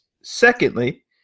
Secondly